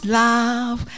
love